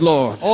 Lord